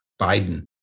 Biden